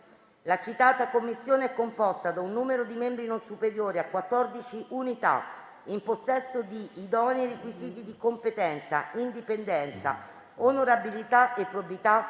"La citata Commissione è composta da un numero di membri non superiore a 14 unità, in possesso di idonei requisiti di competenza, indipendenza, onorabilità e probità.